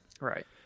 Right